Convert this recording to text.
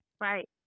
right